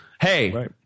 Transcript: Hey